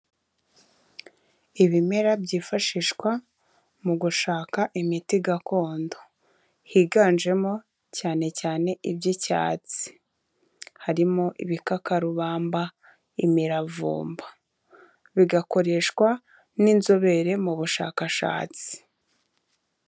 Ibimera byifashishwa mu gushaka imiti gakondo, higanjemo cyane cyane iby'icyatsi harimo ibikakarubamba, imiravumba bigakoreshwa n'inzobere mu bushakashatsi.